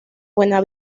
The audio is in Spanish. buena